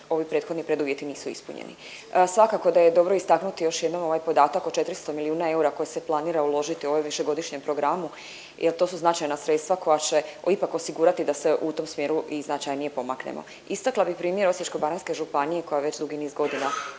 ovi prethodni preduvjeti nisu ispunjeni. Svakako da je dobro istaknuti još jednom ovaj podatak od 400 milijuna eura koje se planira uložiti u ove višegodišnjem programu jel to su značajna sredstva koja će ipak osigurati da se u tom smjeru i značajnije pomaknemo. Istakla bih primjer Osječko-baranjske županije koja već dugi niz godina